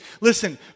Listen